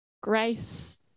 grace